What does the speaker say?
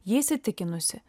ji įsitikinusi